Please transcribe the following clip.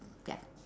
ya